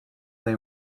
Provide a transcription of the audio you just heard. they